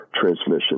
transmission